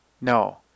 no